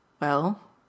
Well